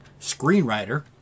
screenwriter